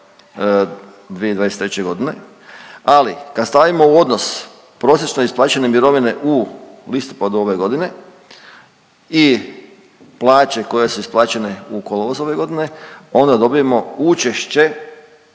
2023.g., ali kad stavimo u odnos prosječno isplaćene mirovine u listopadu ove godine i plaće koje su isplaćene u kolovozu ove godine onda dobijemo učešće